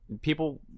people